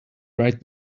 right